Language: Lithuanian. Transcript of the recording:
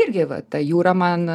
irgi va ta jūra man